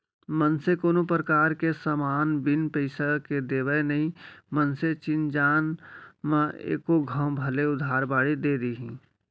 मनसे कोनो परकार के समान बिन पइसा के देवय नई मनसे चिन जान म एको घौं भले उधार बाड़ी दे दिही